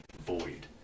void